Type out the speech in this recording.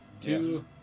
Two